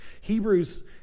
Hebrews